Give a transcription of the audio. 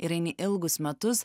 ir eini ilgus metus